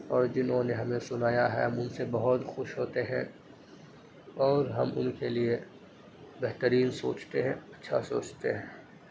اور جنہوں نے ہمیں سنایا ہے ہم ان سے بہت خوش ہوتے ہیں اور ہم ان کے لیے بہترین سوچتے ہیں اچھا سوچتے ہیں